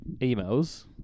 emails